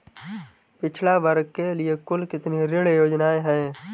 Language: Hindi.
पिछड़ा वर्ग के लिए कुल कितनी ऋण योजनाएं हैं?